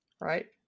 Right